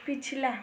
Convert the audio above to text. पिछला